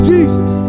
Jesus